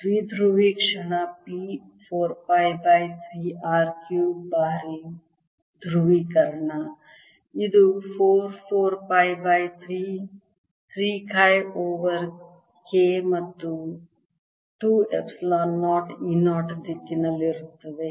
ದ್ವಿಧ್ರುವಿ ಕ್ಷಣ p 4 pi by 3 R cube ಬಾರಿ ಧ್ರುವೀಕರಣ ಇದು 4 4 pi by 3 3 chi over K ಮತ್ತು 2 ಎಪ್ಸಿಲಾನ್ 0 E 0 ದಿಕ್ಕಿನಲ್ಲಿರುತ್ತದೆ